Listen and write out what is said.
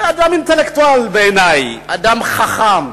שהוא אינטלקטואל בעיני, אדם חכם,